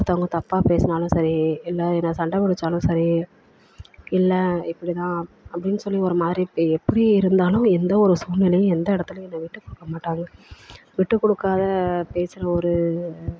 ஒருத்தங்க தப்பாக பேசுனாலும் சரி இல்லை என்ன சண்டை பிடிச்சாலும் சரி இல்லை இப்படி தான் அப்படின்னு சொல்லி ஒரு மாதிரி பே எப்படி இருந்தாலும் எந்த ஒரு சூழ்நிலை எந்த இடத்துலையும் என்னை விட்டுக் கொடுக்க மாட்டாங்க விட்டு குடுக்காம பேசுகிற ஒரு